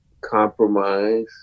compromise